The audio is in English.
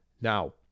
Now